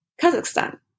Kazakhstan